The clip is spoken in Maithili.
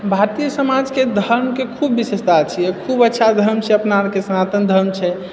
भारतीय समाजके धर्मके खूब विशेषता छिऐ खूब अच्छा धर्म छै अपना आरके सनातन धर्म छै